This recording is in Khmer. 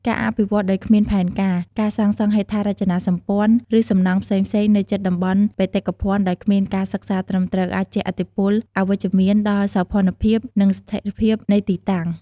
ការអភិវឌ្ឍន៍ដោយគ្មានផែនការ ការសាងសង់ហេដ្ឋារចនាសម្ព័ន្ធ ឬសំណង់ផ្សេងៗនៅជិតតំបន់បេតិកភណ្ឌដោយគ្មានការសិក្សាត្រឹមត្រូវ អាចជះឥទ្ធិពលអវិជ្ជមានដល់សោភ័ណភាព និងស្ថេរភាពនៃទីតាំង។